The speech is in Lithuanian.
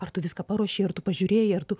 ar tu viską paruošei ar tu pažiūrėjai ar tu